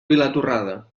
vilatorrada